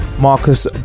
marcus